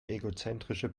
egozentrische